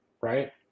right